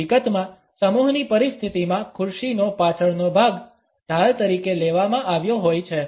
હકીકતમાં સમૂહની પરિસ્થિતિમાં ખુરશીનો પાછળનો ભાગ ઢાલ તરીકે લેવામાં આવ્યો હોય છે